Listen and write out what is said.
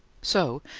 so,